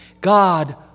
God